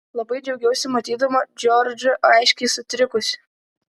labai džiaugiausi matydama džordžą aiškiai sutrikusį